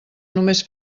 només